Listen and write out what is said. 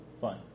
fine